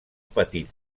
petit